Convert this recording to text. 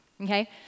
okay